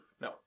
No